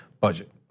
budget